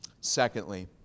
Secondly